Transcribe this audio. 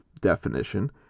definition